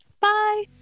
Bye